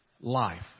life